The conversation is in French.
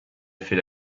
fait